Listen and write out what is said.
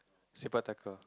Sepak takraw